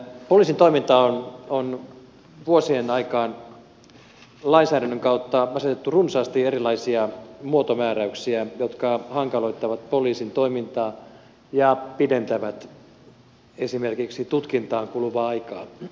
poliisin toimintaan on vuosien aikaan lainsäädännön kautta asetettu runsaasti erilaisia muotomääräyksiä jotka hankaloittavat poliisin toimintaa ja pidentävät esimerkiksi tutkintaan kuluvaa aikaa